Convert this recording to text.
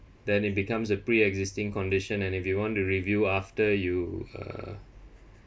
then it becomes a pre-existing condition and if you want to review after you uh